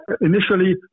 initially